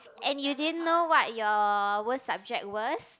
and you didn't know what your worst subject was